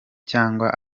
cyangwa